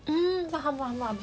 mm faham faham faham